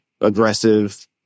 aggressive